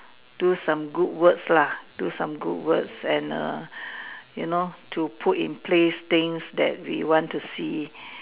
do some good works lah do some good works and err you know to put in place things that we want to see